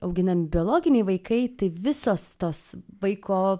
auginami biologiniai vaikai tai visos tos vaiko